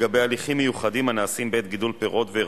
וכל הצעה זו הצעה.